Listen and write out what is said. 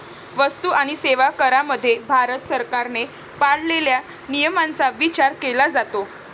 वस्तू आणि सेवा करामध्ये भारत सरकारने पाळलेल्या नियमांचा विचार केला जातो